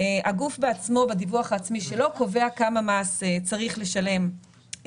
או פקיד השומה חושב שצריכים להעלות את המקדמות,